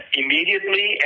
immediately